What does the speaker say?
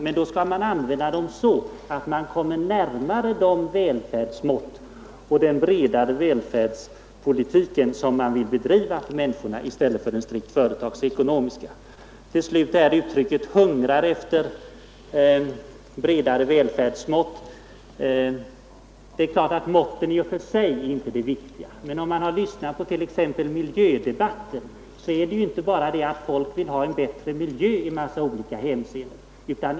Men då skall man använda dem så att man närmare ansluter till de välfärdsmått man vill ha och den bredare välfärdspolitik som man vill bedriva för människorna i stället för att enbart använda bedömningar som är strikt företagsekonomiska. Vad till slut beträffar uttrycket ”hungrar efter flera och bättre välfärdsmått” är det självfallet i och för sig inte måtten som är det viktiga. Men om man lyssnar t.ex. på miljödebatten finner man, att det inte bara är så att folk vill ha en bättre miljö i olika hänseenden.